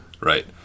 right